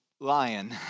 Lion